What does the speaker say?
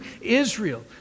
Israel